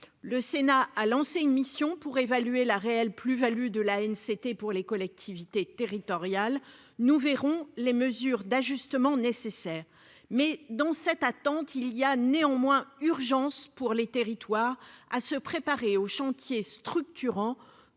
le Sénat a lancé une mission pour évaluer la réelle plus-Value de la haine, c'était pour les collectivités territoriales, nous verrons les mesures d'ajustement nécessaires mais, dans cette attente, il y a néanmoins urgence pour les territoires à se préparer aux chantiers structurants